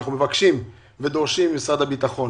אנחנו מבקשים ודורשים ממשרד הביטחון